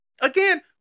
Again